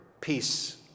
peace